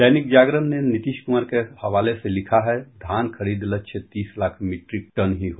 दैनिक जागरण ने नीतीश कुमार के हवाले से लिखा है धान खरीद लक्ष्य तीस लाख मीट्रिक टन ही हो